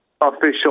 official